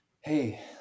hey